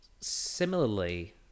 similarly